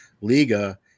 Liga